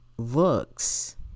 looks